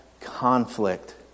conflict